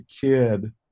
kid